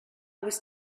was